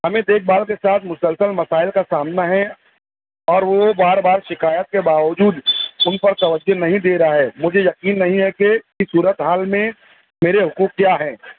ہمیں دیکھ بھال کے ساتھ مسلسل مسائل کا سامنا ہے اور وہ بار بار شکایت کے باوجود اُن پر توجہ نہیں دے رہا ہے مجھے یقین نہیں ہے کہ اس صورتِ حال میں میرے حقوق کیا ہیں